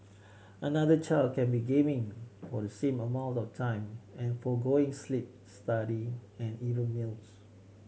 another child can be gaming for the same amount of time and forgoing sleep studying and even meals